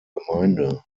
gemeinde